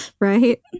Right